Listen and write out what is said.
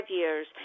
years